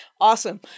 Awesome